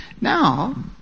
Now